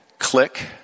click